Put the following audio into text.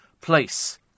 place